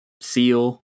seal